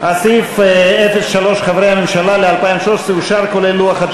סעיף 02, הכנסת, לשנת הכספים 2014, נתקבל.